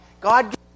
God